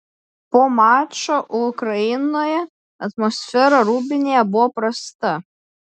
po mačo ukrainoje atmosfera rūbinėje buvo prasta